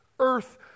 Earth